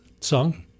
song